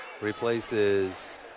replaces